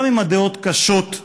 גם אם הדעות קשות,